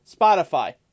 Spotify